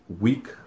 week